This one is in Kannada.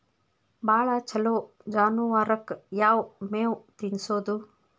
ಭಾಳ ಛಲೋ ಜಾನುವಾರಕ್ ಯಾವ್ ಮೇವ್ ತಿನ್ನಸೋದು?